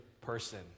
person